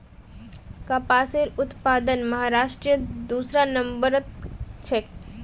कपासेर उत्पादनत महाराष्ट्र दूसरा नंबरत छेक